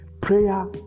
Prayer